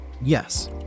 Yes